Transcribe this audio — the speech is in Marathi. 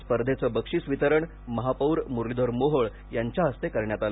स्पर्धेचे बक्षीस वितरण महापौर मुरलीधर मोहोळ यांच्या हस्ते करण्यात आलं